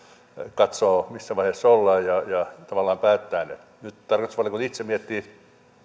katsoo missä vaiheessa ollaan ja ja tavallaan päättää ne nyt tarkastusvaliokunta itse miettii